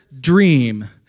dream